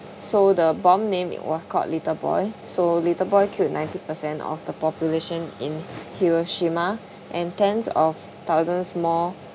so the bomb name was called little boy so little boy killed ninety percent of the population in hiroshima and tens of thousands more